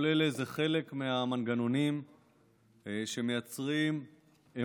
כל אלה הם חלק מהמנגנונים שמייצרים אמון